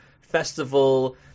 festival